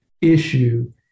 issue